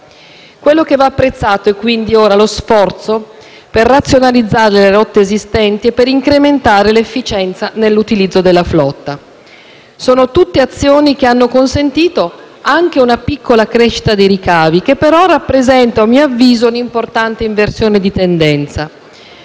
Quello che va apprezzato è quindi ora lo sforzo per razionalizzare le rotte esistenti e per incrementare l'efficienza nell'utilizzo della flotta. Sono tutte azioni che hanno consentito anche una piccola crescita dei ricavi, che però rappresenta a mio avviso un'importante inversione di tendenza.